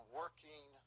working